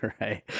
right